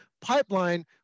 pipeline